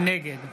נגד